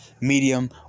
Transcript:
medium